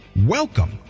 Welcome